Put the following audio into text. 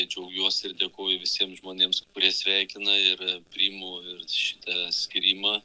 džiaugiuosi ir dėkoju visiems žmonėms kurie sveikina ir priimu ir šitą skyrimą